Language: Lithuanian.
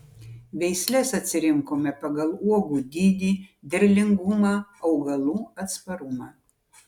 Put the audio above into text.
veisles atsirinkome pagal uogų dydį derlingumą augalų atsparumą